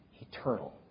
eternal